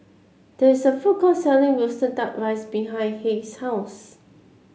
there is a food court selling roasted duck rice behind Hays' house